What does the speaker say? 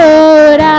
Lord